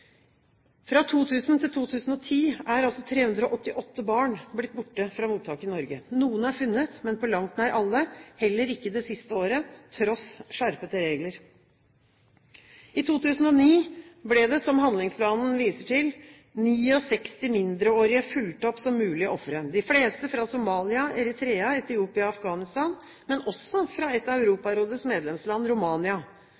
Fra 2000 til 2010 er altså 388 barn blitt borte fra mottak i Norge. Noen er funnet, men på langt nær alle, heller ikke det siste året, tross skjerpede regler. I 2009 ble, som handlingsplanen viser til, 69 mindreårige fulgt opp som mulig ofre, de fleste fra Somalia, Eritrea, Etiopia og Afghanistan, men også fra et av